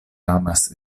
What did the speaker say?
amas